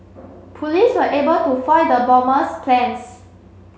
police were able to foil the bomber's plans